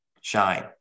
Shine